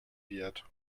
wird